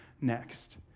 next